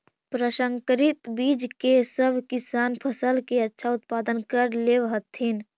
प्रसंकरित बीज से सब किसान फसल के अच्छा उत्पादन कर लेवऽ हथिन